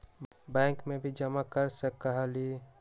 Bank में भी जमा कर सकलीहल?